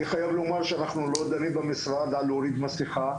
אני חייב לומר שאנחנו לא דנים במשרד על להוריד מסכה.